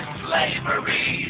slavery